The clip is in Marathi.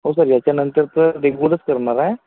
हो सर याच्यानंतर तर रेगुलर करणार आहे